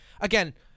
again